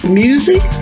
music